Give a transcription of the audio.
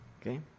Okay